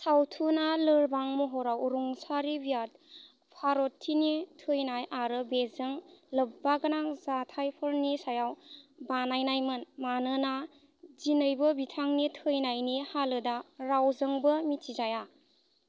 सावथुनआ लोरबां महराव रुंसारि दिभ्या भारतीनि थैनाय आरो बेजों लोब्बागोनां जाथायफोरनि सायाव बानायनायमोन मानोना दिनैबो बिथांनि थैनायनि हालोदआ रावजोंबो मिथिजाया